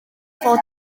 ddod